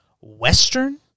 Western